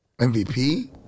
MVP